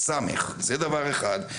זה דבר אחד.